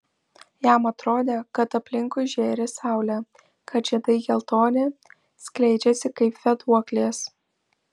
jam atrodė kad aplinkui žėri saulė kad žiedai geltoni skleidžiasi kaip vėduoklės